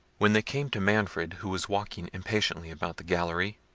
when they came to manfred, who was walking impatiently about the gallery,